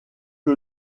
que